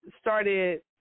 started